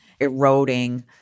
eroding